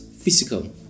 physical